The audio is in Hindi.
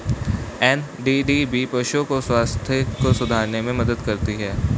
एन.डी.डी.बी पशुओं के स्वास्थ्य को सुधारने में मदद करती है